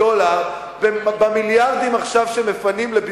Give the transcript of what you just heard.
מה זה 300,000 דולר במיליארדים שמפנים עכשיו לבזבוזים?